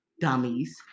Dummies